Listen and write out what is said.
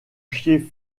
chier